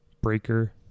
Breaker